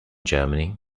germany